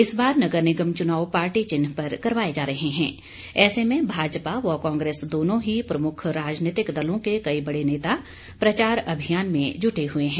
इस बार नगर निगम च्रनाव पार्टी चिन्ह पर करवाए जा रहे हैं ऐसे में भाजपा व कांग्रेस दोनों ही प्रमुख राजनीतिक दलों के कई बड़े नेता प्रचार अभियान में जुटे हुए हैं